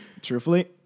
Truthfully